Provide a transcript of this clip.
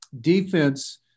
defense